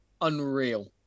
unreal